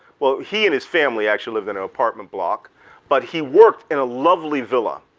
well, he and his family actually in an apartment block but he worked in a lovely villa.